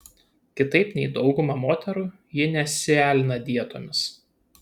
kitaip nei dauguma moterų ji nesialina dietomis